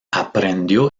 aprendió